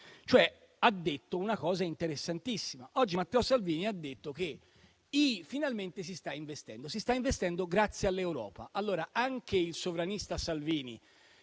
dicendo una cosa interessantissima. Oggi Matteo Salvini ha detto che finalmente si sta investendo e lo si sta facendo grazie all'Europa. Allora anche il sovranista Salvini,